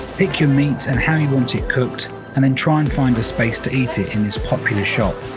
pick your meats and how you want it cooked and then try and find a space to eat it in this popular shop.